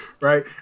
Right